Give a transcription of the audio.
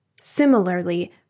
Similarly